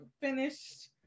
finished